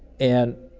and,